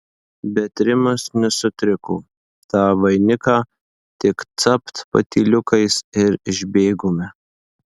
bet rimas nesutriko tą vainiką tik capt patyliukais ir išbėgome